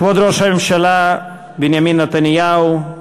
כבוד ראש הממשלה בנימין נתניהו,